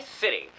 City